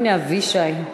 הנה אבישי.